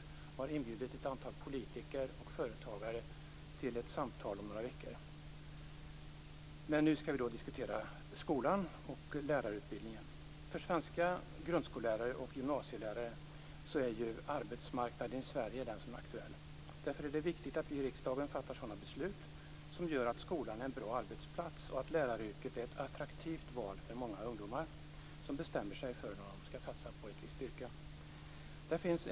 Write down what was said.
De har inbjudit ett antal politiker och företagare till ett samtal om några veckor. Men nu skall vi diskutera skolan och lärarutbildningen. För svenska grundskollärare och gymnasielärare är arbetsmarknaden i Sverige den som är aktuell. Därför är det viktigt att vi i riksdagen fattar sådana beslut som gör att skolan är en bra arbetsplats och att läraryrket är ett attraktivt val för många ungdomar när de bestämmer sig för att satsa på ett visst yrke.